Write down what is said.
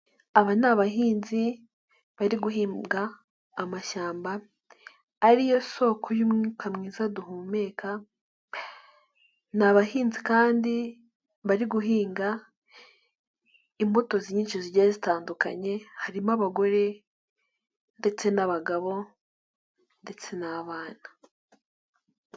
Aba ni abahinzi bari guhinga amashyamba ari yo soko y'umwuka mwiza duhumeka, ni abahinzi kandi bari guhinga imbuto nyinshi zigiye zitandukanye harimo abagore ndetse n'abagabo ndetse n'abana.